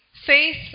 Faith